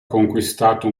conquistato